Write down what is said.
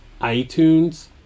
iTunes